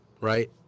right